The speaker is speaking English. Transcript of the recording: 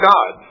God